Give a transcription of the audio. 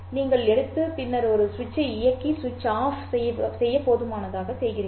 நீங்கள் எடுத்து பின்னர் ஒரு சுவிட்சை இயக்கி சுவிட்ச் ஆஃப் செய்ய போதுமானதாக செய்கிறீர்கள்